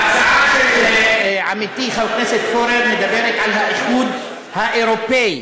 ההצעה של עמיתי חבר הכנסת פורר מדברת על האיחוד האירופי,